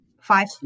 five